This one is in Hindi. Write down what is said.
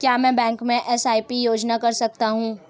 क्या मैं बैंक में एस.आई.पी योजना कर सकता हूँ?